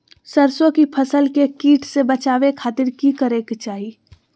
सरसों की फसल के कीट से बचावे खातिर की करे के चाही?